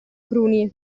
cruni